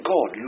God